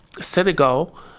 Senegal